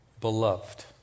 beloved